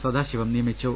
സദാശിവം നിയമിച്ചു